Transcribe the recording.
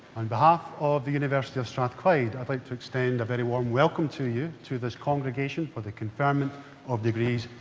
on behalf of the university of strathclyde, i'd like to extend a very warm welcome to you to this congregation for the conferment of degrees,